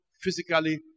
physically